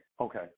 okay